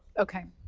okay.